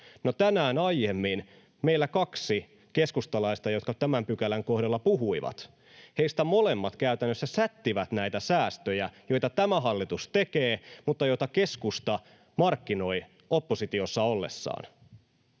tänään aiemmin meillä kaksi keskustalaista, jotka tämän pykälän kohdalla puhuivat, molemmat käytännössä sättivät näitä säästöjä, joita tämä hallitus tekee mutta joita keskusta markkinoi oppositiossa ollessaan